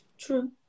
true